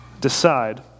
Decide